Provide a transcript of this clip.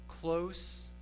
close